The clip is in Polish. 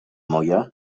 moja